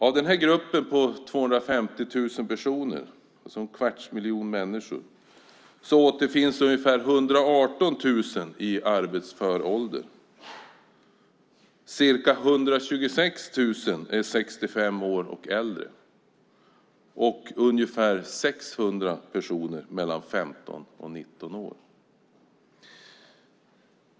Av de här 250 000 personerna, alltså en kvarts miljon människor, återfinns ungefär 118 000 i arbetsför ålder. Ca 126 000 är 65 år och äldre, och ungefär 600 personer är mellan 15 och 19 år.